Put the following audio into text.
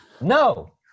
no